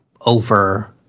over